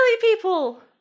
people